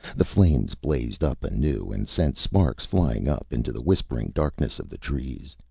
the flames blazed up anew and sent sparks flying up into the whispering darkness of the trees.